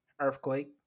earthquake